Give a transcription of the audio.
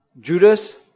Judas